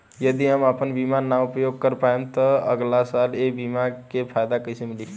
यदि हम आपन बीमा ना उपयोग कर पाएम त अगलासाल ए बीमा के फाइदा कइसे मिली?